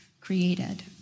created